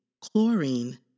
chlorine